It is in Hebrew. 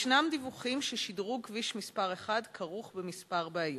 ישנם דיווחים ששדרוג כביש מס' 1 כרוך בכמה בעיות.